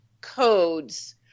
codes